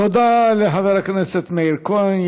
תודה לחבר הכנסת מאיר כהן.